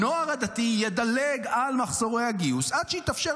הנוער הדתי ידלג על מחזורי הגיוס עד שיתאפשר